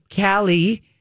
Callie